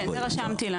רשמתי.